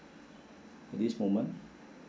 this moment